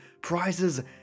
prizes